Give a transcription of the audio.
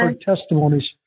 testimonies